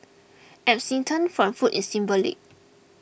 abstinence from food is symbolic